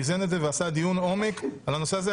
הוא איזן את זה ועשה דיון עומק על הנושא הזה.